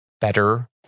better